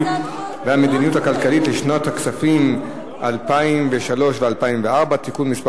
והמדיניות הכלכלית לשנות הכספים 2003 ו-2004) (תיקון מס'